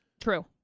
True